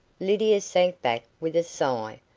lydia sank back with a sigh,